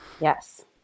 Yes